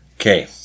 Okay